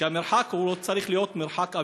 שהמרחק לא צריך להיות מרחק אווירי,